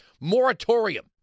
moratorium